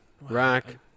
Rack